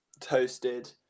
toasted